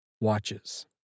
watches